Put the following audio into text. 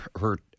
hurt